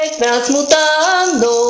transmutando